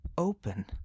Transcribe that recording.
open